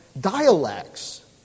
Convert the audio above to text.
dialects